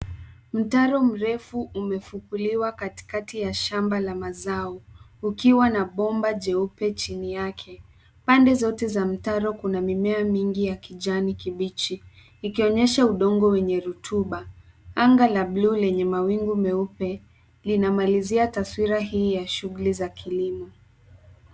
Mtaro mrefu umefukuliwa katikati ya shamba la mazao ukiwa na bomba jeupe chini yake. Pande zote za mtaro kuna mimea mingi ya kijani kibichi ikionyesha udongo, wenye rotuba..Anga la blue lenye mawingu, meupe linamalizia taswira hii ya shughuli za kilimo.